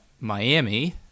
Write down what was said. Miami